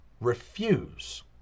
refuse